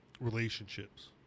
relationships